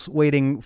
waiting